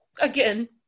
again